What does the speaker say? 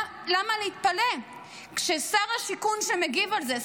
למה להתפלא כששר השיכון שמגיב על זה,